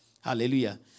Hallelujah